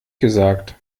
gesagt